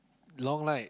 long night